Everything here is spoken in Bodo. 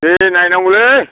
दे नायनांगौलै